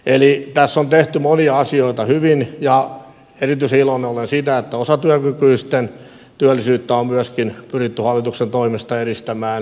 eli tässä on tehty monia asioita hyvin ja erityisen iloinen olen siitä että osatyökykyisten työllisyyttä on myöskin pyritty hallituksen toimesta edistämään